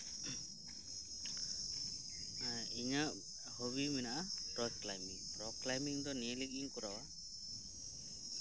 ᱤᱧᱟᱹᱜ ᱦᱚᱵᱤ ᱢᱮᱱᱟᱜᱼᱟ ᱨᱚ ᱠᱞᱟᱭᱢᱤᱝ ᱨᱚ ᱠᱞᱟᱭᱢᱤᱝ ᱫᱚ ᱱᱤᱭᱟᱹ ᱞᱟᱹᱜᱤᱫ ᱤᱧ ᱠᱚᱨᱟᱣᱟ